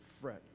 fret